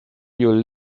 you